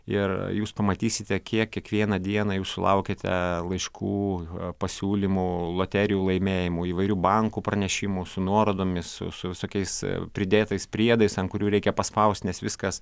ir jūs pamatysite kiek kiekvieną dieną jūs sulaukiate laiškų pasiūlymų loterijų laimėjimų įvairių bankų pranešimų su nuorodomis su su visokiais pridėtais priedais ant kurių reikia paspaust nes viskas